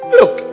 look